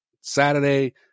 Saturday